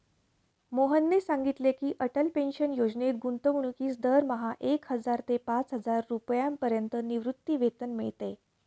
मोहनने सांगितले की, अटल पेन्शन योजनेत गुंतवणूकीस दरमहा एक हजार ते पाचहजार रुपयांपर्यंत निवृत्तीवेतन मिळते